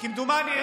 כמדומני,